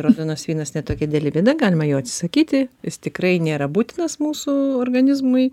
raudonas vynas ne tokia didelė bėda galima jo atsisakyti jis tikrai nėra būtinas mūsų organizmui